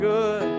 Good